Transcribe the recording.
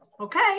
Okay